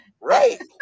Right